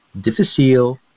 difficile